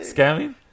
Scamming